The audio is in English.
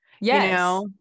Yes